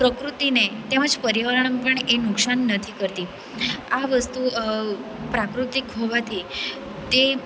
પ્રકૃતિને તેમજ પર્યવરણને પણ એ નુકશાન નથી કરતી આ વસ્તુઓ પ્રાકૃતિક હોવાથી તે